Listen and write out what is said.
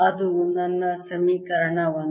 ಅದು ನನ್ನ ಸಮೀಕರಣ 1